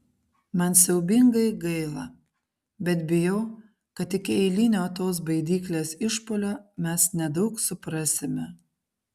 man siaubingai gaila bet bijau kad iki eilinio tos baidyklės išpuolio mes nedaug suprasime